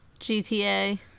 GTA